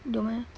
有 meh